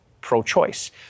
pro-choice